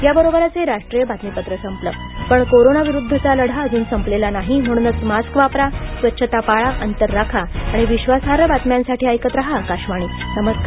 याबरोबरच हे राष्ट्रीय बातमीपत्र संपलं पण कोरोना विरुद्धचा लढा अजून संपलेला नाही म्हणूनच मास्क वापरा स्वच्छता पाळा अंतर राखा आणि विश्वासार्ह बातम्यांसाठी ऐकत रहा आकाशवाणी नमस्कार